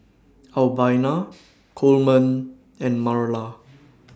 Albina Coleman and Marla